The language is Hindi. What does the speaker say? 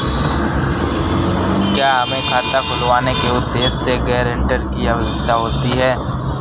क्या हमें खाता खुलवाने के उद्देश्य से गैरेंटर की आवश्यकता होती है?